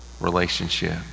relationship